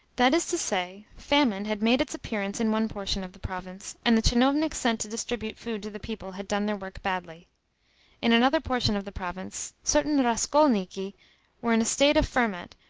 that is to say, famine had made its appearance in one portion of the province, and the tchinovniks sent to distribute food to the people had done their work badly in another portion of the province certain raskolniki were in a state of ferment,